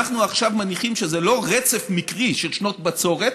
עכשיו אנחנו מניחים שזה לא רצף מקרי של שנות בצורת,